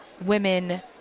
women